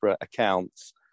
accounts